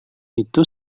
itu